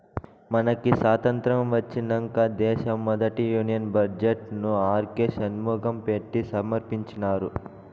మనకి సాతంత్రం ఒచ్చినంక దేశ మొదటి యూనియన్ బడ్జెట్ ను ఆర్కే షన్మగం పెట్టి సమర్పించినారు